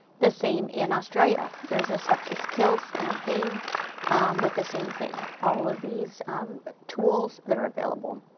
the same in australia. there's a sepsis kills campaign with the same thing all of these tools that are available.